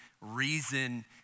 reason